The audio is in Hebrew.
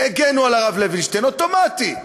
הגנו על הרב לוינשטיין, אוטומטי,